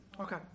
Okay